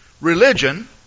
religion